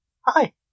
Hi